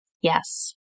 Yes